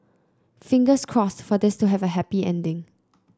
fingers crossed for this to have a happy ending